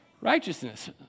Righteousness